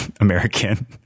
american